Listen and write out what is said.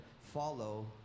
Follow